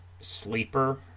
sleeper